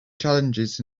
challenges